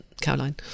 caroline